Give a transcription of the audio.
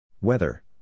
Weather